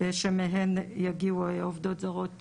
שמהן יגיעו עובדות זרות לענף.